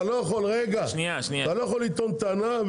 אתה לא יכול לטעון טענה,